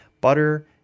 butter